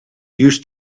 used